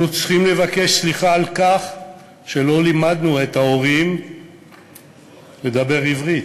אנחנו צריכים לבקש סליחה על כך שלא לימדנו את ההורים לדבר עברית.